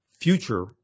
future